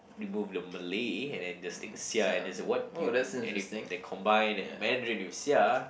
remove the Malay and then just take the sia and there's a what you and you they combine that Mandarin with sia